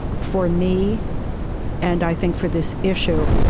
for me and i think for this issue,